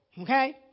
Okay